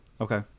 Okay